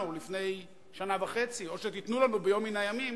לפני שנה וחצי או שתיתנו לנו ביום מן הימים.